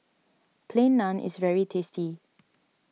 Plain Naan is very tasty